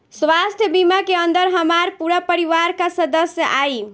स्वास्थ्य बीमा के अंदर हमार पूरा परिवार का सदस्य आई?